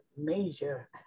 major